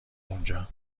اونجا